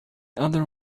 other